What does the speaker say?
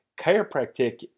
chiropractic